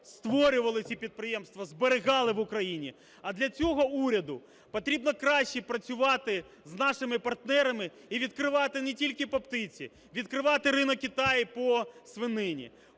створювали ці підприємства, зберігали в Україні, а для цього уряду потрібно краще працювати з нашими партнерами і відкривати не тільки по птиці - відкривати ринок Китаю по свинині,